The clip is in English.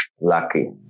lucky